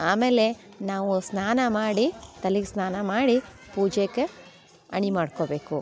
ಆಮೇಲೆ ನಾವು ಸ್ನಾನ ಮಾಡಿ ತಲಿಗೆ ಸ್ನಾನ ಮಾಡಿ ಪೂಜೆಗೆ ಅಣಿ ಮಾಡ್ಕೊಬೇಕು